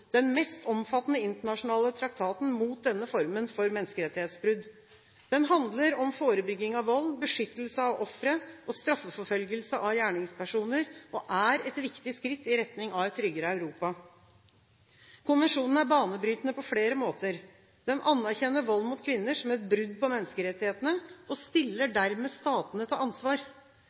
den mest omfattende internasjonale traktaten mot denne formen for menneskerettighetsbrudd. Den handler om forebygging av vold, beskyttelse av ofre og straffeforfølgelse av gjerningspersoner og er et viktig skritt i retning av et tryggere Europa. Konvensjonen er banebrytende på flere måter. Den anerkjenner vold mot kvinner som et brudd på menneskerettighetene og stiller dermed statene til ansvar.